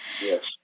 Yes